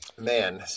Man